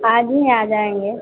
आज ही आ जाएँगे